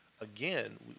again